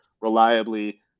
reliably